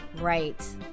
Right